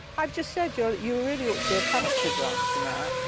i've just said, you ah you really ought to be a pub quiz answer now,